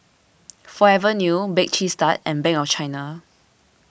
Forever New Bake Cheese Tart and Bank of China